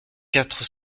quatre